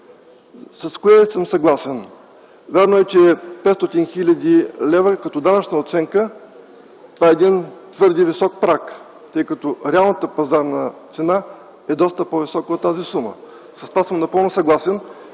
С кое съм съгласен – вярно е, че 500 хил. лв. като данъчна оценка е един твърде висок праг, тъй като реалната пазарна цена е доста по-висока от тази сума. С това съм напълно съгласен